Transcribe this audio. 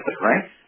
right